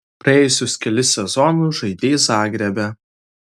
praėjusius kelis sezonus žaidei zagrebe